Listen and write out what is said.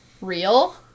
real